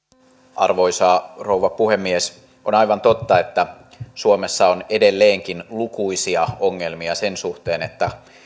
arvoisa rouva puhemies on aivan totta että suomessa on edelleenkin lukuisia ongelmia sen suhteen että